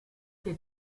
que